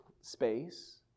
space